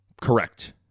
Correct